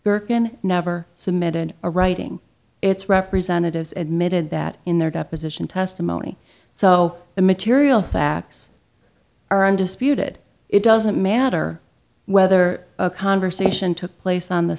birken never submitted a writing its representatives admitted that in their deposition testimony so the material facts are undisputed it doesn't matter whether a conversation took place on the